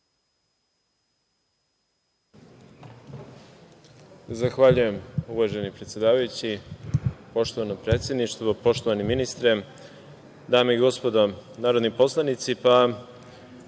Zahvaljujem, uvaženi predsedavajući. Poštovano predsedništvo, poštovani ministre, dame i gospodo narodni poslanici,